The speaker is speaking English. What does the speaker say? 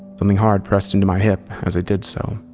something hard pressed into my hip as i did so.